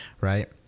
right